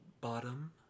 Bottom